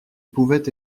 pouvait